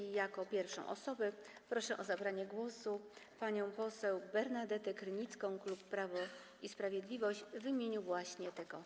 I jako pierwszą osobę proszę o zabranie głosu panią poseł Bernadetę Krynicką, klub Prawo i Sprawiedliwość, w imieniu właśnie tego klubu.